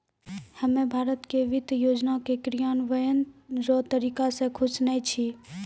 हम्मे भारत के वित्त योजना के क्रियान्वयन रो तरीका से खुश नै छी